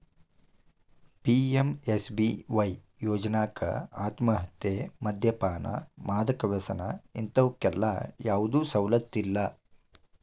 PMSBY ಯೋಜ್ನಾಕ ಆತ್ಮಹತ್ಯೆ, ಮದ್ಯಪಾನ, ಮಾದಕ ವ್ಯಸನ ಇಂತವಕ್ಕೆಲ್ಲಾ ಯಾವ್ದು ಸವಲತ್ತಿಲ್ಲ